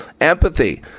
Empathy